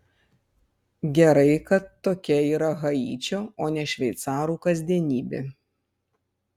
gerai kad tokia yra haičio o ne šveicarų kasdienybė